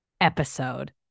episode